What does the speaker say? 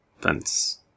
Fence